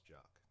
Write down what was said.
Jock